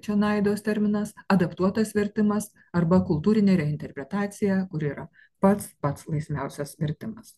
čia naidos terminas adaptuotas vertimas arba kultūrinė reinterpretacija kuri yra pats pats laisviausias vertimas